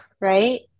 Right